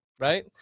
right